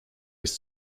bis